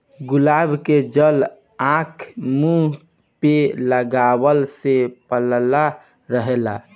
गुलाब के जल आँख, मुंह पे लगवला से पल्ला रहेला